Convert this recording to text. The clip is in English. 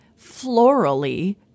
florally